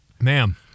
Ma'am